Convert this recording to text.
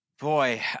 boy